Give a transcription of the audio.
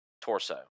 torso